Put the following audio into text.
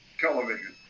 television